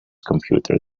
computer